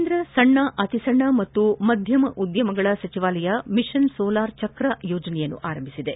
ಕೇಂದ್ರ ಸಣ್ಣ ಅತಿಸಣ್ಣ ಮತ್ತು ಮಧ್ಯಮ ಉದ್ಯಮಗಳ ಸಚಿವಾಲಯ ಮಿಷನ್ ಸೋಲಾರ್ ಚಕ್ರ ಯೋಜನೆಯನ್ನು ಆರಂಭಿಸಿದೆ